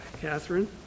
Catherine